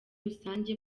rusange